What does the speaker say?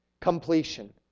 completion